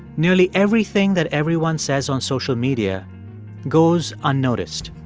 nearly everything that everyone says on social media goes unnoticed.